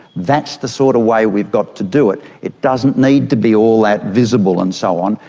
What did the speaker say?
that's the sort of way we've got to do it. it doesn't need to be all that visible and so on,